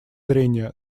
зрения